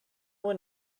one